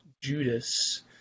Judas